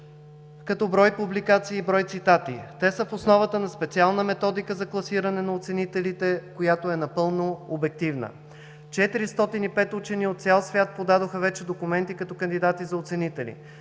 като брой публикации, брой цитати. Те са в основата на специална методика за класиране на оценителите, която е напълно обективна. 405 учени от цял свят подадоха вече документи като кандидати за оценители.